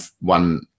one